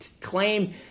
claim